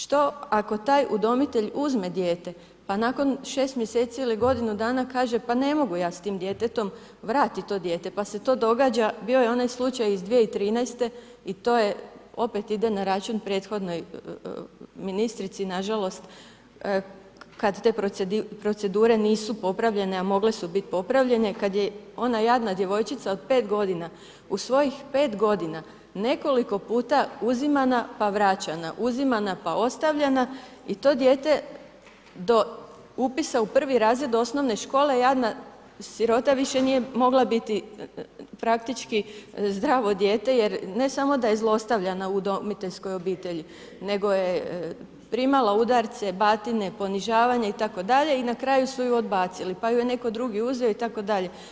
Što ako taj udomitelj uzme dijete pa nakon 6 mj. ili godinu dana kaže p ne mogu ja s tim djetetom, vrati to dijete, pa se to događa, bio je onaj slučaj iz 2013. i to opet ide na račun prethodnoj ministrici nažalost, kad te procedure nisu popravljene a mogle su biti popravljene, kad je ona jadna djevojčica od 5 g. u svojih 5 g. nekoliko puta uzimana pa vraćena, uzimana pa ostavljena, i to dijete do upisa u 1. razred osnovne škole, jadna, sirota više nije mogla biti praktički zdravo dijete jer ne samo da je zlostavljana u udomiteljskoj obitelji, nego je primala udarce, batine, ponižavanje itd., i na kraju su je odbacili pa ju je netko drugi uzeo itd.